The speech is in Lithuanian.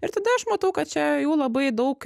ir tada aš matau kad čia jų labai daug